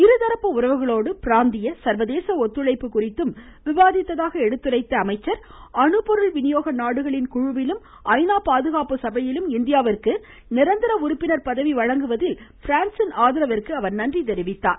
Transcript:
இருதரப்பு உறவுகளோடு பிராந்திய சர்வதேச ஒத்துழைப்பு குறித்தும் விவாதித்ததாக எடுத்துரைத்த அவர் அணுபொருள் வினியோக நாடுகளின் குழுவிலும் ஐநா பாதுகாப்பு சபையிலும் இந்தியாவிற்கு நிரந்தர உறுப்பினர் பதவி வழங்குவதில் பிரான்சின் ஆதரவிற்கு நன்றி தெரிவித்தார்